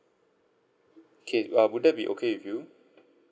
okay uh would that be okay with you